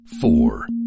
Four